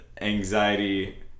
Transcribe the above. anxiety